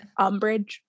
Umbridge